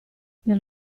del